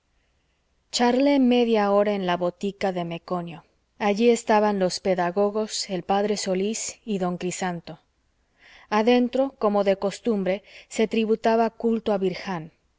charlé media hora en la botica de meconio allí estaban los pedagogos el p solís y don crisanto adentro como de costumbre se tributaba culto a birján